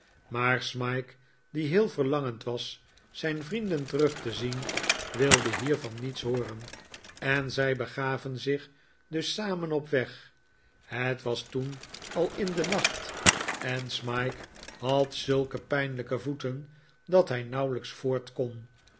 maar smike die heel verlangend was zijn vrienden terug te zien wilde hiervan niets hooren en zij begaven zich dus samen op weg het was toen al in den nacht en smike had zulke pijnlijke voeten dat hij nauwelijks